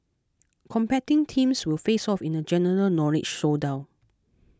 competing teams will face off in a general knowledge showdown